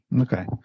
Okay